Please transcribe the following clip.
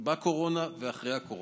בקורונה ואחרי הקורונה.